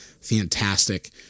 fantastic